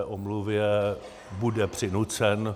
K té omluvě bude přinucen.